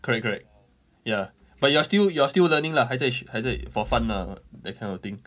correct correct ya but you are still you are still learning lah 还在还在 for fun lah that kind of thing